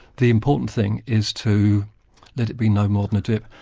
the important thing is to let it be no more than a dip.